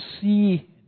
see